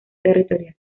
territorial